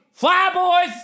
flyboys